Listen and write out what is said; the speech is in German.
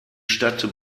stadt